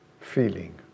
feeling